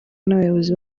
n’abayobozi